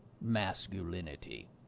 masculinity